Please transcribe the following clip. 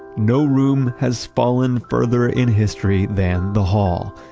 no room has fallen further in history than the hall.